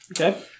Okay